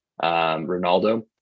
Ronaldo